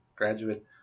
Graduate